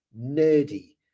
nerdy